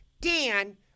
Dan